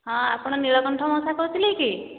ହଁ ଆପଣ ନୀଳକଣ୍ଠ ମଉସା କହୁଥିଲେ କି